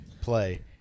play